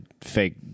fake